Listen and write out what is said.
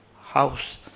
house